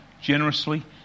generously